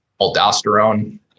aldosterone